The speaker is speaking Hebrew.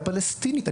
אז אני